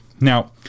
Now